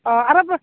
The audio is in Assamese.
অঁ আৰু